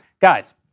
Guys